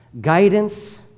guidance